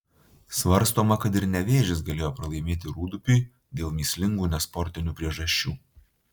svarstoma kad ir nevėžis galėjo pralaimėti rūdupiui dėl mįslingų nesportinių priežasčių